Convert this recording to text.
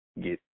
get